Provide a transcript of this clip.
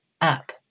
up